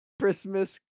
Christmas